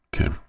Okay